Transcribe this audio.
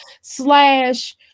slash